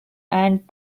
and